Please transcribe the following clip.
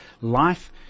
life